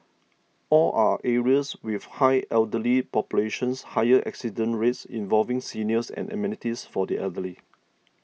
all are areas with high elderly populations higher accident rates involving seniors and amenities for the elderly